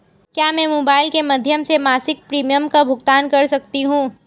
क्या मैं मोबाइल के माध्यम से मासिक प्रिमियम का भुगतान कर सकती हूँ?